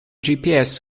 gps